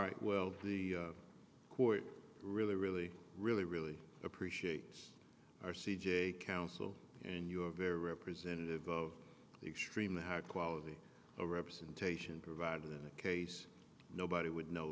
right well the court really really really really appreciate our c j counsel and you are very representative of extremely high quality a representation provided in a case nobody would know